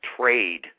trade